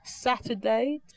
Saturday